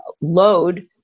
load